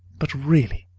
but really,